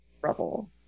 trouble